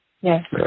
Yes